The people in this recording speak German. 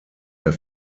der